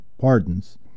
pardons